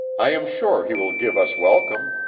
i am sure he will give us welcome.